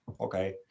okay